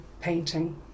painting